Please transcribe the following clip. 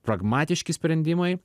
pragmatiški sprendimai